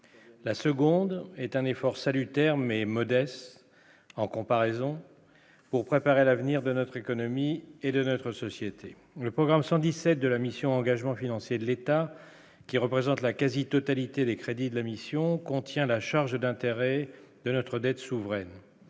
la seconde est un effort salutaire mais modeste en comparaison pour préparer l'avenir de notre économie et de notre société, le programme 117 de la mission engagement financier de l'État, qui représente la quasi-totalité des crédits de la mission contient la charge d'intérêts de notre dette souveraine